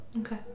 Okay